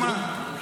אתה יודע מה,